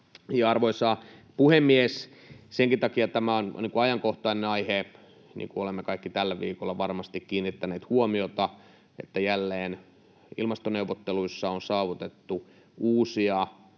Arvoisa puhemies! Senkin takia tämä on ajankohtainen aihe, että niin kuin olemme kaikki tällä viikolla varmasti kiinnittäneet huomiota, jälleen ilmastoneuvotteluissa on saavutettu uusia